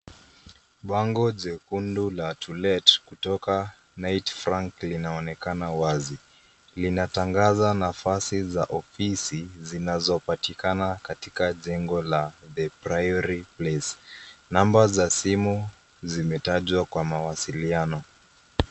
Bango jekundu la To Let, kutoka Knight Frank linaonekana wazi. Lina tangaza nafasi za ofisi, zinazopatikana katika jengo la, The Priory Place. Numba za simu zimetajwa kwa mawasiliano.